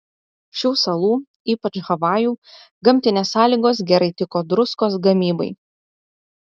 šių salų ypač havajų gamtinės sąlygos gerai tiko druskos gamybai